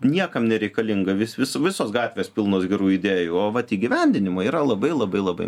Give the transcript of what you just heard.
niekam nereikalinga vis vis visos gatvės pilnos gerų idėjų o vat įgyvendinimo yra labai labai labai